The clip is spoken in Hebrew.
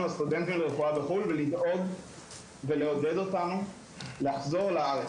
הסטודנטים לרפואה בחו"ל ולדאוג ולעודד אותנו לחזור לארץ.